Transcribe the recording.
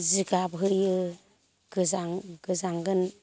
जिगाब होयो गोजांगोन